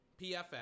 PFF